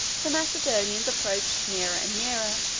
the macedonians approached nearer and nearer.